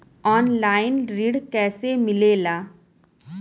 Online ऋण कैसे मिले ला?